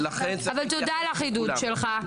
תודה על החידוד שלך.